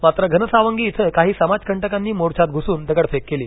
मात्र घनसावंगी इथं काही समाज कंटकांनी मोर्चात घुसून दगडफेड केली